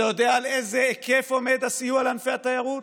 אתה יודע על איזה היקף עומד הסיוע לענפי התיירות?